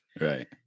Right